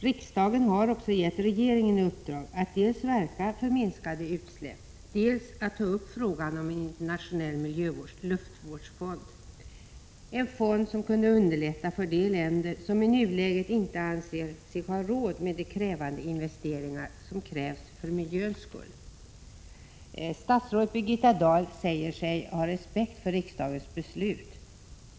Riksdagen har gett regeringen i uppdrag att dels verka för minskade utsläpp, dels ta upp frågan om en internationell luftvårdsfond. En sådan fond kunde underlätta för de länder som i nuläget inte anser sig ha råd med de omfattande investeringar som krävs för miljöns skull. Statsrådet Birgitta Dahl säger sig ha respekt för riksdagens beslut.